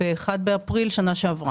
ביום 1 באפריל שנה שעברה.